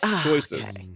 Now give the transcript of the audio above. choices